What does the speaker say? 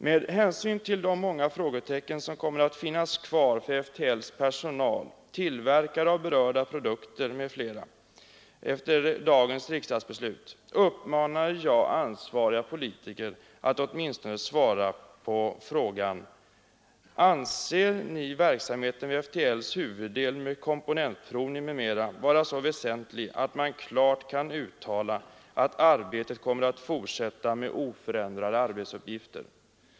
Med hänsyn till de många frågetecken som kommer att finnas kvar för FTL:s personal, tillverkare av berörda produkter m.fl., efter dagens riksdagsbeslut uppmanar jag ansvariga politiker att åtminstone svara på frågan: Anser ni verksamheten vid FTL:s huvuddel med komponentprovning m.m. vara så väsentlig att man klart kan uttala att arbetet kommer att fortsätta med oförändrade arbetsuppgifter?